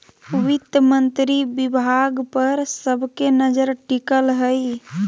वित्त मंत्री विभाग पर सब के नजर टिकल हइ